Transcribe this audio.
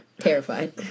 Terrified